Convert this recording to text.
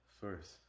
First